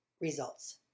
results